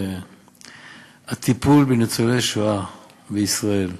הטיפול בניצולי שואה בישראל.